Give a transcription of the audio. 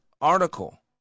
article